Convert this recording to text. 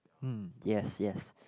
hmm yes yes